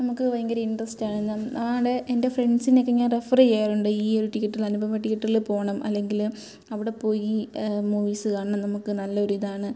നമുക്ക് ഭയങ്കരിൻ്ററസ്റ്റാണ് ആണ്ടെ എൻ്റെ ഫ്രണ്ട്സിനൊക്കെ ഞാൻ റെഫർ ചെയ്യാറുണ്ട് ഈ ഒരു തീയറ്ററ് അനുപമ തീയറ്ററില് പോകണം അല്ലെങ്കിൽ അവിടെ പോയി മൂവീസ് കാണണം നമുക്ക് നല്ലൊരിതാണ്